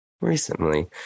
recently